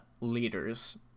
leaders